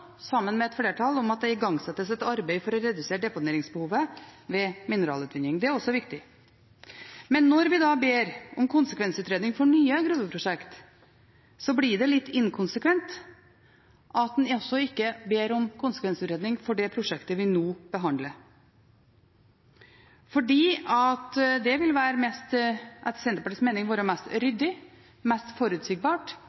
sammen med et flertall – om at det igangsettes et arbeid for å redusere deponeringsbehovet ved mineralutvinning. Det er også viktig. Men når vi da ber om konsekvensutredning for nye gruveprosjekt, blir det litt inkonsekvent at en ikke også ber om konsekvensutredning for det prosjektet vi nå behandler. Det ville etter Senterpartiets mening være mest ryddig, mest forutsigbart,